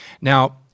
Now